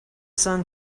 sun